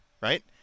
right